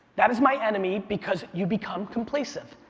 that is my enemy, because you become complacive.